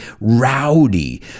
rowdy